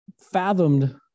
fathomed